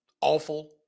Awful